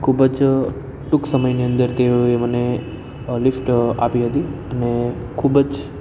ખૂબ જ ટૂંક સમયની અંદર તેઓએ મને લિસ્ટ આપી હતી અને ખૂબ જ